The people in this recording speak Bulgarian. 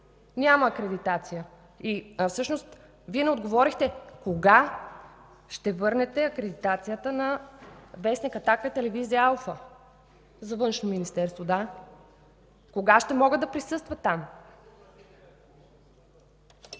няма акредитация? Вие всъщност не отговорихте кога ще върнете акредитацията на вестник „Атака” и телевизия „Алфа” за Външно министерство? Кога ще могат да присъстват там?